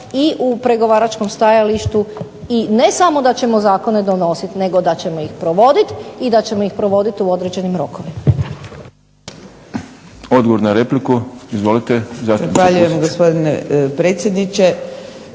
i u pregovaračkom stajalištu i ne samo da ćemo zakone donositi nego da ćemo ih provodit i da ćemo ih provodit u određenim rokovima. **Šprem, Boris (SDP)** Odgovor na repliku,